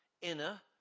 inner